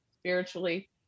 spiritually